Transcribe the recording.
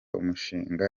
umushinga